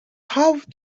how